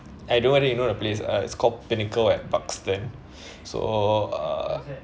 I don't know whether you know the place uh it's called pinnacle at duxton so uh